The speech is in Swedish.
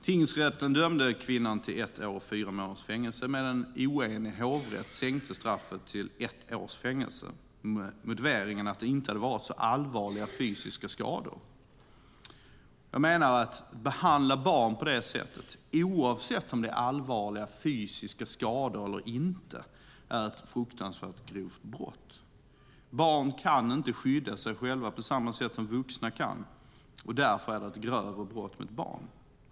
Tingsrätten dömde kvinnan till fängelse i ett år och fyra månader medan en oenig hovrätt sänkte straffet till ett års fängelse med motiveringen att det inte hade varit så allvarliga fysiska skador. Att behandla barn på det sättet, oavsett om det är allvarliga fysiska skador eller inte, är ett fruktansvärt grovt brott enligt mitt sätt att se det. Barn kan inte skydda sig själva på samma sätt som vuxna, och därför är det ett grövre brott mot barn.